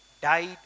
died